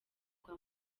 kwa